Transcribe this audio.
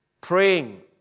praying